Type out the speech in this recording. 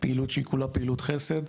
פעילות שהיא כולה פעילות חסד,